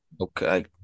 Okay